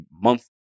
month